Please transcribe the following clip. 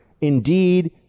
indeed